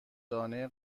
دانه